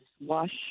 wash